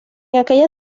aquella